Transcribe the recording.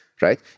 right